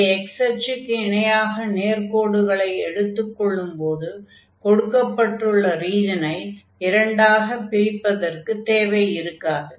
அப்படி x அச்சுக்கு இணையாக நேர்க்கோடுகளை எடுத்துக் கொள்ளும் போது கொடுக்கப்பட்டுள்ள ரீஜனை இரண்டாகப் பிரிப்பதற்கு தேவை இருக்காது